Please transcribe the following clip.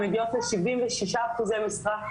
הן מגיעות לשבעים ושישה אחוזי משרה.